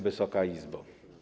Wysoka Izbo!